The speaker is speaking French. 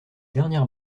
dernière